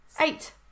eight